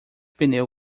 pneu